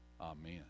Amen